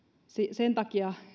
sen takia